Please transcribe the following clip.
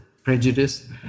prejudice